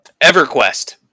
EverQuest